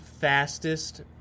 fastest